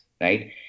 right